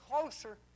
closer